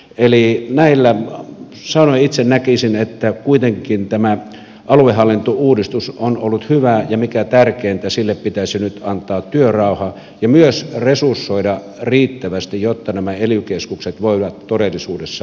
eli näillä sanoin itse näkisin että kuitenkin tämä aluehallintouudistus on ollut hyvä ja mikä tärkeintä sille pitäisi nyt antaa työrauha ja myös resursoida riittävästi jotta nämä ely keskukset voivat todellisuudessa toimia